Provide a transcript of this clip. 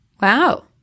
Wow